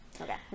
okay